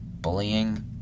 bullying